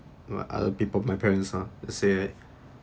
my other people my parents uh said